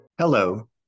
Hello